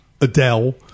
Adele